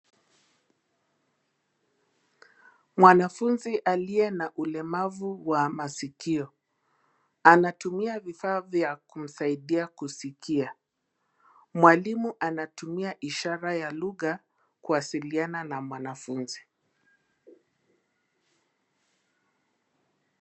Mwanafunzi aliye na ulemavu wa masikio. Anatumia vifaa vya kumsaidia kusikia. Mwalimu anatumia ishara ya lugha kuwasiliana na mwanafunzi.